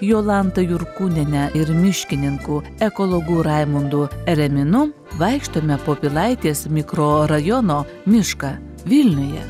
jolanta jurkūnienė ir miškininku ekologu raimundu ereminu vaikštome po pilaitės mikrorajono mišką vilniuje